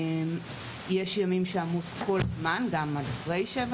יש ימים שעמוס כל הזמן גם אחרי שבע